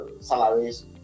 salaries